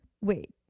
Wait